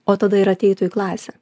o tada ir ateitų į klasę